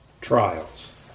trials